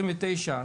29,